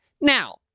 Now